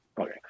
Okay